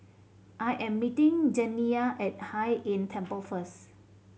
I am meeting Janiyah at Hai Inn Temple first